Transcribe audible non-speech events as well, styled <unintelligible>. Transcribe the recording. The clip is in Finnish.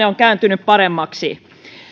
<unintelligible> on kääntynyt paremmaksi